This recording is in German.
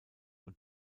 und